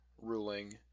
ruling